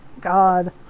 God